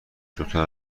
دوتا